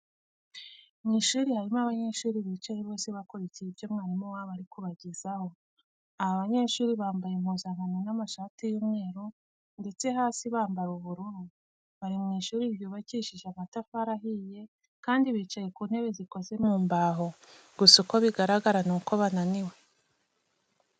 Mu ishuri harimo abanyeshuri bicaye bose bakurikiye ibyo mwarimu wabo ari kubagezaho. Aba banyeshuri bambaye impuzankano y'amashati y'umweru ndetse hasi bambara ubururu. Bari mu ishuri ryubakishije amatafari ahiye kandi bicaye ku ntebe zikoze mu mbaho. Gusa uko bigaragara nuko bananiwe.